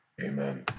Amen